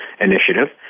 initiative